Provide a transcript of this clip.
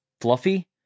fluffy